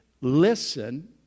listen